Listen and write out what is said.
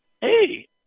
hey